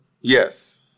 Yes